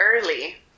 early